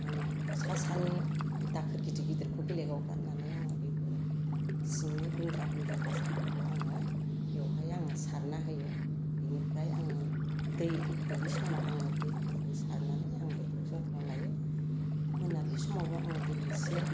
आं सा सानि दाखोर गिदिर गिदिरखौ बेलेगाव गारनानै आङो बेखौ सिंनि गुन्द्रा गुन्द्रि हासारफोरखौ आङो बेवहाय आङो सारना होयो बिनिफ्राय आङो दै गैयै समाव आङो दैफोरखौ सारनानै आं बेखौ जोथोन लायो मोनाबिलि समावबो आङो दै एसे